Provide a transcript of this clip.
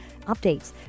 updates